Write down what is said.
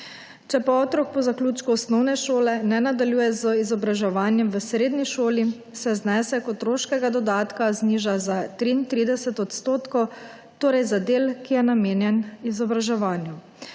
Če pa otrok po zaključku osnovne šole ne nadaljuje z izobraževanjem v srednji šoli, se znesek otroškega dodatka zniža za 33 %, torej za del, ki je namenjen izobraževanju.